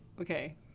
Okay